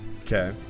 Okay